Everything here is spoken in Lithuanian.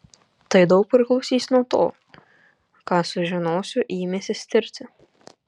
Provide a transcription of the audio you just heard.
tai daug priklausys nuo to ką sužinosiu ėmęsis tirti